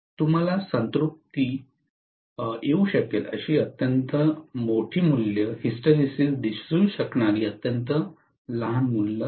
तुम्हाला संतृप्ति येऊ शकेल अशी अत्यंत मोठी मूल्ये हिस्टरेसिस दिसू शकणारी अत्यंत लहान मूल्ये